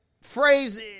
phrase